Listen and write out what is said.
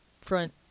front